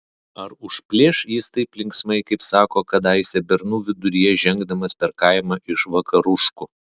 ar užplėš jis taip linksmai kaip sako kadaise bernų viduryje žengdamas per kaimą iš vakaruškų